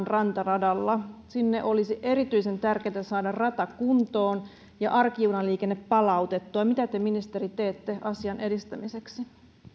rantaradalla sinne olisi erityisen tärkeää saada rata kuntoon ja arkijunaliikenne palautettua mitä te ministeri teette asian edistämiseksi